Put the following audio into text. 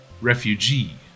refugee